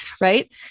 Right